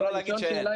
ולא להגיד שאין.